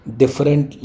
different